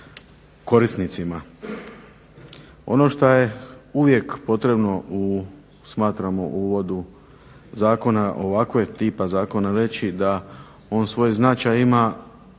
korisnicima. Ono što je uvijek potrebno smatramo u uvodu zakona ovakvog tipa zakona reći da on svoj značaj ima